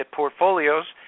portfolios